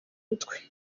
utwe